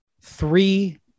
three